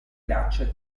tracce